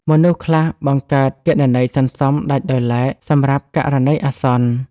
មនុស្សខ្លះបង្កើតគណនីសន្សំដាច់ដោយឡែកសម្រាប់ករណីអាសន្ន។